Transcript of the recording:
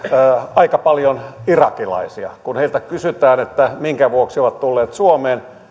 aika paljon irakilaisia kun heiltä kysytään minkä vuoksi he ovat tulleet suomeen